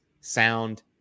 sound